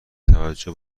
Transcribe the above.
توجه